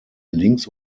links